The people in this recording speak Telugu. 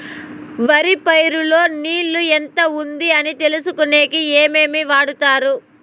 వరి పైరు లో నీళ్లు ఎంత ఉంది అని తెలుసుకునేకి ఏమేమి వాడతారు?